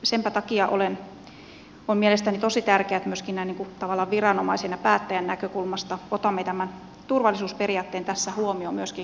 senpä takia on mielestäni tosi tärkeää että myöskin tavallaan viranomaisen ja päättäjän näkökulmasta otamme tämän turvallisuusperiaatteen myös tässä koulutyössä huomioon